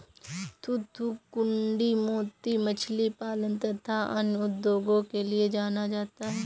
थूथूकुड़ी मोती मछली पालन तथा अन्य उद्योगों के लिए जाना जाता है